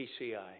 PCI